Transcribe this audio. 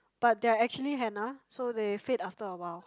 but they're actually henna so they fade after awhile